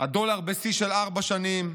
והדולר בשיא של ארבע שנים.